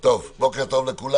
בוקר טוב לכולם.